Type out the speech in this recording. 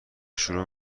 شروع